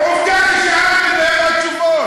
עובדה, ואין תשובות.